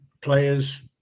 players